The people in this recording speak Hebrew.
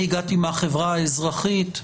אני הגעתי מהחברה האזרחית,